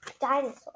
dinosaur